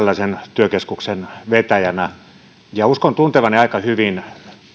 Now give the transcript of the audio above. työkeskuksen vetäjänä uskon tuntevani aika hyvin